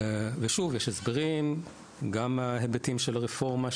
ושוב, יש הסברים - גם ההיבטים של הרפורמה,